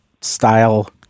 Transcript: style